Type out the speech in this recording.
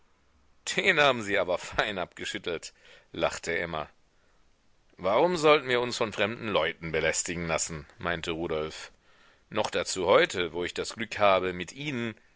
den haben sie aber fein abgeschüttelt lachte emma warum sollen wir uns von fremden leuten belästigen lassen meinte rudolf noch dazu heute wo ich das glück habe mit ihnen